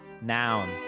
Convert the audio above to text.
noun